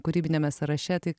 kūrybiniame sąraše tai